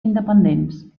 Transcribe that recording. independents